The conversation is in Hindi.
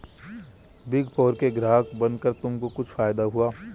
बिग फोर के ग्राहक बनकर तुमको कुछ फायदा हुआ?